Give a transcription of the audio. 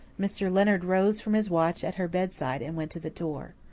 mr. leonard rose from his watch at her bedside and went to the door.